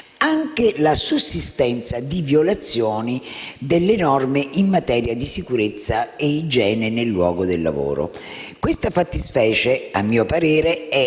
anche la sussistenza di violazioni delle norme in materia di sicurezza e igiene nel luogo di lavoro. Questa fattispecie, a mio parere, è